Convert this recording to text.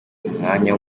umwanya